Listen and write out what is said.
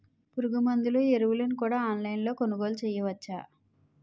పురుగుమందులు ఎరువులను కూడా ఆన్లైన్ లొ కొనుగోలు చేయవచ్చా?